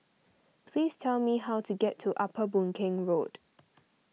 please tell me how to get to Upper Boon Keng Road